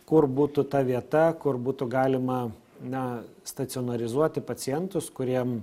kur būtų ta vieta kur būtų galima na stacionarizuoti pacientus kuriem